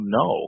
no